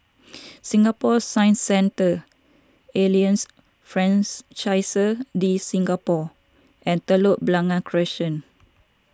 Singapore Science Centre Alliance Francaise De Singapour and Telok Blangah Crescent